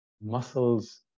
muscles